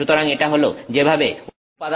সুতরাং এটা হল যেভাবে উপাদানগুলি আচরণ করবে